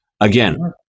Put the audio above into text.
Again